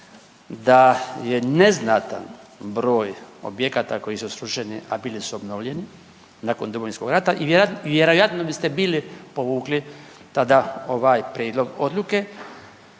da je neznatan broj objekata koji su srušeni, a bili su obnovljeni nakon Domovinskog rata i vjerojatno biste bili povukli tada ovaj prijedlog odluke.